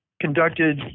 conducted